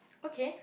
okay